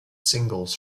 singles